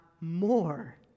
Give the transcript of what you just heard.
more